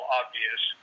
obvious